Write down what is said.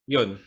Yun